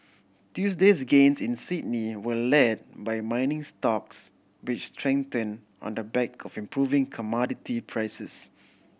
Tuesday's gains in Sydney were led by mining stocks which strengthen on the back of improving commodity prices